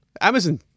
Amazon